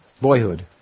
boyhood